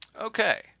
okay